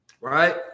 Right